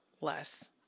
less